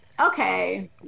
okay